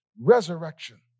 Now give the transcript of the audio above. resurrection